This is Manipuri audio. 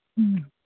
ꯎꯝ